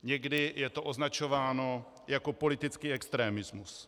Někdy je to označováno jako politický extremismus.